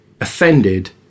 offended